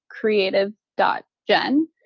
creative.gen